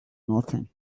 nothing